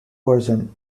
version